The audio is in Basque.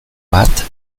bat